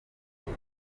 tuba